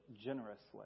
generously